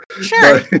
Sure